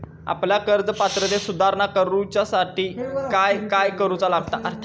आपल्या कर्ज पात्रतेत सुधारणा करुच्यासाठी काय काय करूचा लागता?